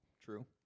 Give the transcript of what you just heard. True